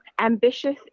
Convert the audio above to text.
ambitious